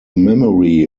memory